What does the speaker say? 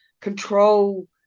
control